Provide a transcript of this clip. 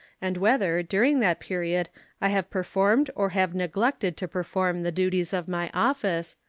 and whether during that period i have performed or have neglected to perform the duties of my office,